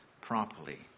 properly